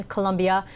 Colombia